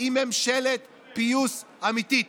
היא ממשלת פיוס אמיתית.